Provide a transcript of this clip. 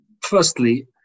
firstly